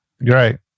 Right